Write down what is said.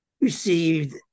received